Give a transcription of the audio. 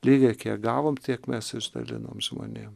lygiai kiek gavom tiek mes išdalinom žmonėm